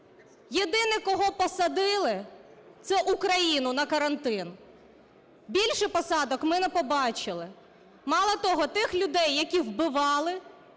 Єдиний, кого посадили, - це Україну на карантин. Більше посадок ми не побачили. Мало того, тих людей, яких вбивали,